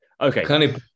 Okay